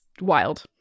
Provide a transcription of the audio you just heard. wild